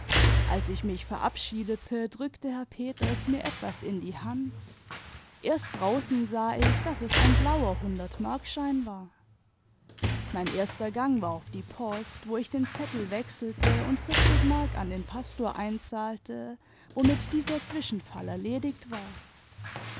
als ich mich verabschiedete drückte herr peters mir etwas in die hand erst draußen sah ich daß es ein blauer hundertmarkschein war mein erster gang war auf die post wo ich den zettel wechselte und vierzig mark an den pastor einzahlte womit dieser zwischenfall erledigt war